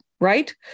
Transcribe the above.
right